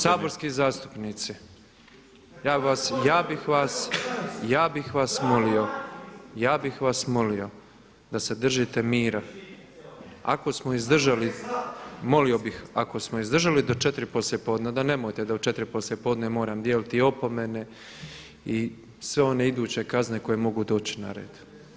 Saborski zastupnici, ja bih vas molio, ja bih vas molio da se držite mira, ako smo izdržali, molio bih ako smo izdržali do 4 poslijepodne onda nemojte da u 4 poslijepodne moram dijeliti opomene i sve one iduće kazne koje mogu doći na red.